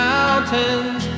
Mountains